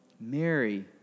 Mary